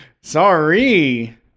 Sorry